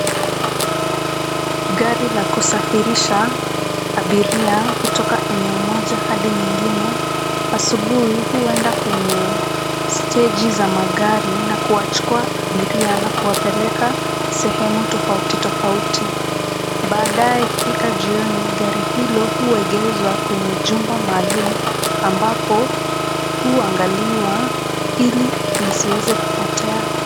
Gari la kusafirisha abiria kutoka eneo moja hadi nyingine ,asubuhi huenda kwenye stage za magari na kuwachukua abiria na kuwapeleka sehemu tofauti tofauti. Baadaye ikifika jioni gari hilo huegezwa kwenye jumba maalum ambapo huangaliwa ili lisiweze kupotea.